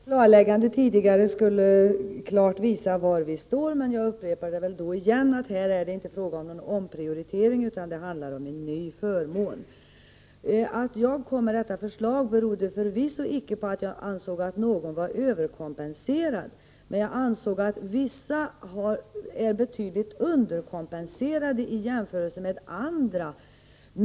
Herr talman! Jag trodde att mitt klarläggande visade var vi står, men jag upprepar att det här inte är fråga om någon omprioritering, utan det handlar om en ny förmån. Att jag väckte detta förslag berodde förvisso icke på att jag ansåg att någon var överkompenserad, men jag ansåg att vissa är betydligt underkompenserade i jämförelse med andra.